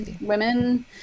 women